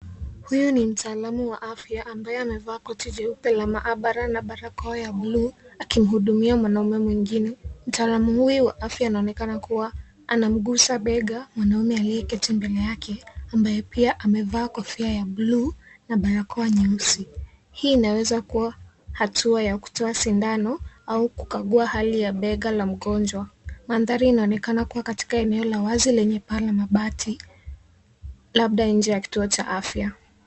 Huyu ni mtaalamu wa afya, ambaye amevaa koti jeupe la maabara na balakoa ya blue ,akimhudumia mwanaume mwingine. Mtaalamu huyu wa afya ,anaonekana kuwa anamgusa bega mwanaume aliyeketi mbele yake, ambaye pia amevaa kofia ya blue na balakoa nyeusi. Hii inaweza kuwa hatua ya kutoka sindano au kukagua hali ya bega la mgonjwa. Mandhari inaoonekana kuwa katika eneo la wazi lenye paa la mabati, labda nje ya kituo cha afya.